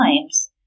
times